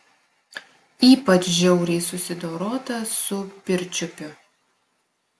ypač žiauriai susidorota su pirčiupiu